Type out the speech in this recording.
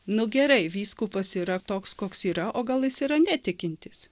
nu gerai vyskupas yra toks koks yra o gal jis yra netikintis